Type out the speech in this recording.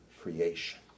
creation